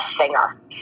singer